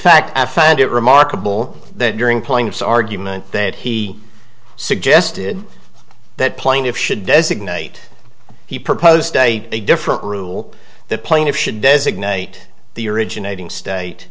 fact i found it remarkable that during plaintiff's argument that he suggested that plaintiff should designate he proposed a a different rule that plaintiff should designate the originating state